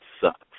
sucks